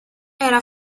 era